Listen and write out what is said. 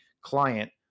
client